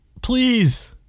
Please